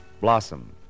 Blossom